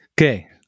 Okay